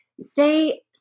Say